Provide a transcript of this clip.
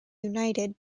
united